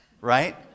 right